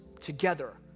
together